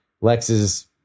Lex's